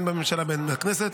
הן בממשלה והן בכנסת.